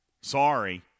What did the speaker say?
Sorry